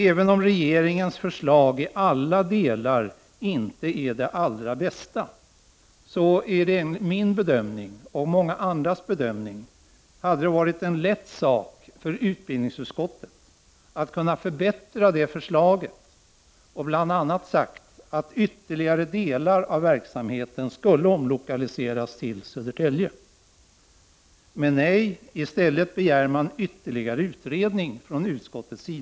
Även om regeringens förslag i alla delar inte är det allra bästa, hade det enligt min bedömning och många andras bedömning varit en lätt sak för utbildningsutskottet att förbättra det förslaget och bl.a. säga att ytterligare delar av verksamheten skulle omlokaliseras till Södertälje. Men nej, i stället begär utskottet ytterligare utredning.